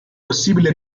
possibile